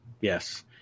Yes